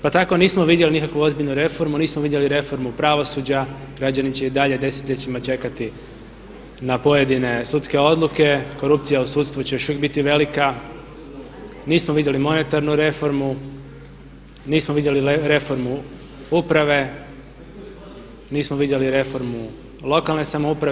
Pa tako nismo vidjeli nikakvu ozbiljnu reformu, nismo vidjeli reformu pravosuđa, građani će i dalje desetljećima čekati na pojedine sudske odluke, korupcija u sudstvu će još uvijek biti velika, nismo vidjeli monetarnu reformu, nismo vidjeli reformu uprave, nismo vidjeli reformu lokalne samouprave.